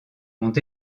ont